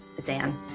Zan